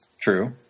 True